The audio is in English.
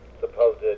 supposed